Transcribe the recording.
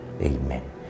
Amen